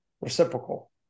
reciprocal